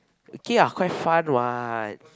okay quite fun what